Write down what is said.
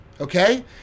Okay